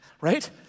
right